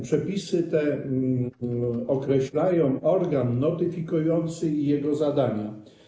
Przepisy te określają organ notyfikujący i jego zadania.